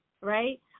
right